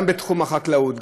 גם בתחום החקלאות,